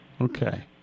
okay